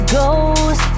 goes